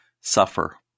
suffer